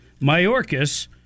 Mayorkas